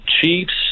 Chiefs